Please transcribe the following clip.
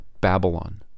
Babylon